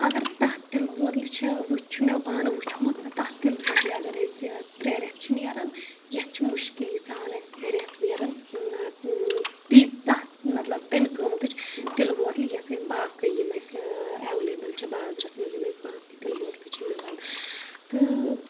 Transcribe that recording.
اگر تَتھ تِلہٕ بوتلہِ چھ وچھ چھُ مےٚ پانہٕ وٕچھمُت تَتھ تِلہٕ بوتلہِ اگر أسۍ ترٛے رٮ۪تھ چھ نیران یتھ چھ مُشکلی سان اَسہِ رٮ۪تھ نیران تی تَتھ مطلب تَمہِ قٕمتٕچ تِلہٕ بوتلہِ یۄس اَسہِ باقے یم اسہِ ایویلیبل چھُ بازرس منٛز یِم اسہِ باقے تِلہٕ بوتلہٕ چھ ملان تہٕ